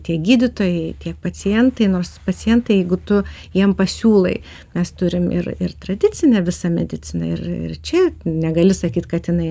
tie gydytojai tie pacientai nors pacientai jeigu tu jiem pasiūlai mes turim ir ir tradicinę visą mediciną ir ir čia negali sakyt kad jinai